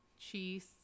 cheese